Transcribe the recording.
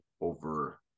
over